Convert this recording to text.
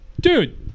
dude